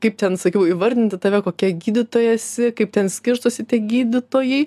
kaip ten sakiau įvardinti tave kokia gydytoja esi kaip ten skirstosi tie gydytojai